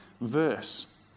verse